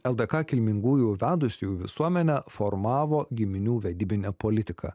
ldk kilmingųjų vedusiųjų visuomenę formavo giminių vedybinė politika